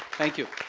thank you.